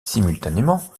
simultanément